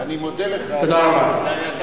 אני מודה לך, אדוני.